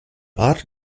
art